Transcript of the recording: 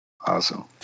Awesome